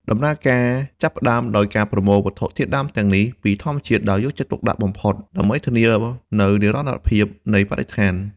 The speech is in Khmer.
ដំណើរការចាប់ផ្តើមដោយការប្រមូលវត្ថុធាតុដើមទាំងនេះពីធម្មជាតិដោយយកចិត្តទុកដាក់បំផុតដើម្បីធានានូវនិរន្តរភាពនៃបរិស្ថាន។